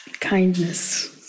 Kindness